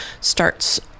starts